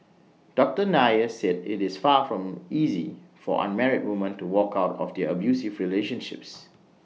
doctor Nair said IT is far from easy for unmarried woman to walk out of their abusive relationships